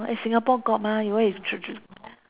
eh singapore got mah why you tr~ tr~